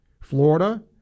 Florida